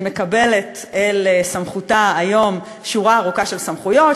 שמקבלת אל סמכותה היום שורה ארוכה של סמכויות,